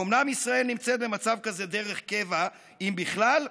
האומנם ישראל נמצאת במצב כזה דרך קבע, אם בכלל?